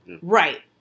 Right